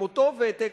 עם אותו ותק,